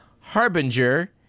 harbinger